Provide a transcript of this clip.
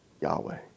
Yahweh